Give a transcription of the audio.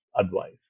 advice